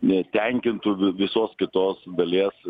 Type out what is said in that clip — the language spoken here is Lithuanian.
netenkintų visos kitos dalies